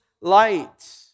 light